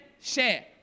share